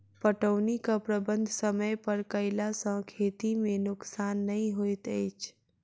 पटौनीक प्रबंध समय पर कयला सॅ खेती मे नोकसान नै होइत अछि